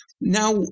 Now